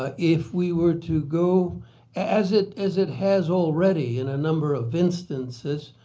ah if we were to go as it as it has already in a number of instances,